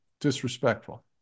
disrespectful